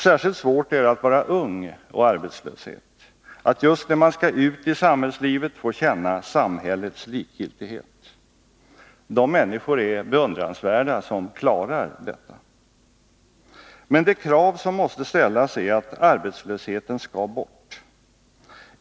Särskilt svårt är det att vara ung och arbetslös, att just när man skall ut i samhällslivet få känna samhällets likgiltighet. De människor är beundransvärda som klarar detta. Men det krav som måste ställas är att arbetslösheten skall bort.